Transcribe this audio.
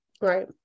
right